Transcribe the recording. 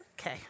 okay